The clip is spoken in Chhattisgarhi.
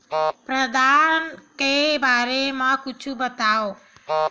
प्रदाता के बारे मा कुछु बतावव?